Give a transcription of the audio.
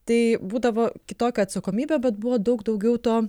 tai būdavo kitokia atsakomybė bet buvo daug daugiau to